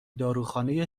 داروخانه